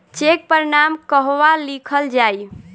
Check पर नाम कहवा लिखल जाइ?